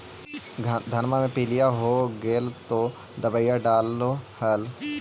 धनमा मे पीलिया हो गेल तो दबैया डालो हल?